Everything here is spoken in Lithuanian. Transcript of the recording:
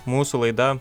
mūsų laida